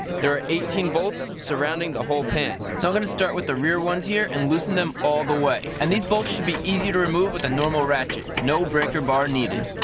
there are eighteen bolts surrounding the whole pan. so i'm going to start with the rear ones here and loosen them all the way. and these bolts should be easy to remove with a normal ratchet no breaker bar needed.